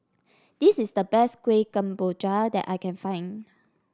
this is the best Kueh Kemboja that I can find